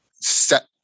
set